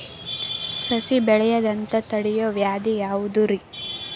ಸಸಿ ಬೆಳೆಯದಂತ ತಡಿಯೋ ವ್ಯಾಧಿ ಯಾವುದು ರಿ?